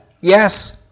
yes